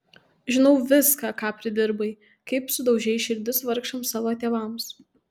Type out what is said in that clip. žinau viską ką pridirbai kaip sudaužei širdis vargšams savo tėvams